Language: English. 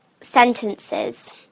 sentences